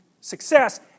success